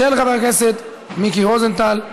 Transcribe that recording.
של חבר הכנסת מיקי רוזנטל.